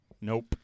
Nope